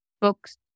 books